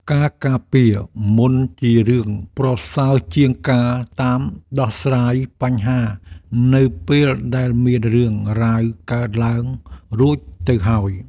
ការការពារមុនជារឿងប្រសើរជាងការតាមដោះស្រាយបញ្ហានៅពេលដែលមានរឿងរ៉ាវកើតឡើងរួចទៅហើយ។